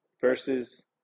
versus